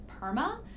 PERMA